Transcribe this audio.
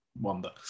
wonder